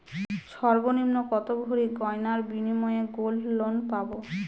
সর্বনিম্ন কত ভরি গয়নার বিনিময়ে গোল্ড লোন পাব?